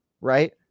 right